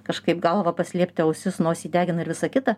kažkaip galvą paslėpti ausis nosį degina ir visa kita